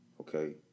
Okay